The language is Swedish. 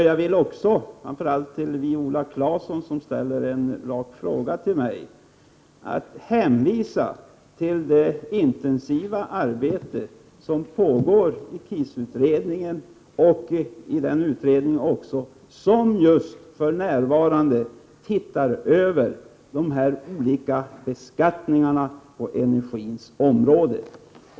Jag vill också, framför allt till Viola Claesson, som ställde en rak fråga till mig, hänvisa till det intensiva arbete som pågår i KIS-utredningen och i den utredning där man för närvarande ser över beskattningen på energins område.